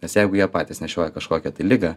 nes jeigu jie patys nešioja kažkokią tai ligą